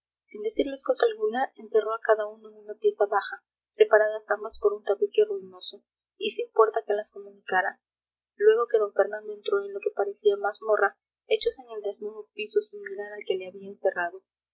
sin decirles cosa alguna encerró a cada uno en una pieza baja separadas ambas por un tabique ruinoso y sin puerta que las comunicara luego que d fernando entró en lo que parecía mazmorra echose en el desnudo piso sin mirar al que le había encerrado